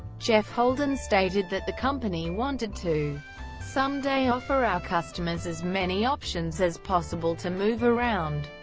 jeff holden stated that the company wanted to someday offer our customers as many options as possible to move around.